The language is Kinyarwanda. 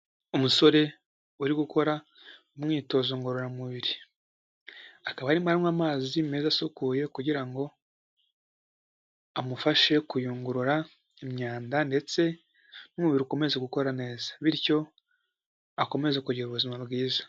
Umusore uri gukora umwitozo ngororamubiri, akaba arimo aranywa amazi meza asukuye kugira ngo amufashe kuyungurura imyanda ndetse n'umubiri ukomeza gukora neza, bityo akomeze kugira ubuzima bwiza.